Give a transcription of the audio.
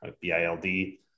B-I-L-D